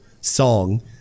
song